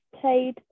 played